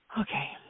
okay